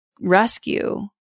rescue